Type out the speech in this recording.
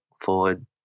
forward